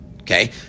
okay